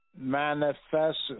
manifests